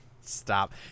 Stop